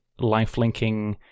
lifelinking